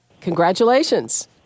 Congratulations